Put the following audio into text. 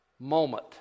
moment